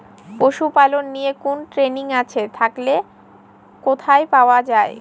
পশুপালন নিয়ে কোন ট্রেনিং আছে থাকলে কোথায় পাওয়া য়ায়?